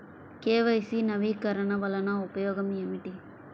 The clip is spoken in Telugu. కే.వై.సి నవీకరణ వలన ఉపయోగం ఏమిటీ?